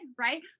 right